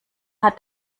hat